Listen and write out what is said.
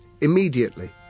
immediately